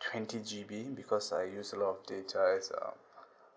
twenty G_B because I use a lot of data as uh